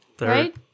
Right